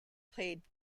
played